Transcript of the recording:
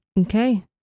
Okay